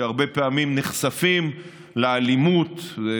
שהרבה פעמים נחשפים לאלימות,